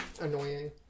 annoying